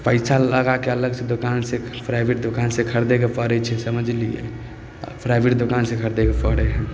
पैसा लगाके अलग से दोकान से प्राइभेट दोकान से खरिदेके पड़ै छै समझलियै प्राइभेट दोकान से खरीदेके पड़ै हइ